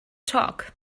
talk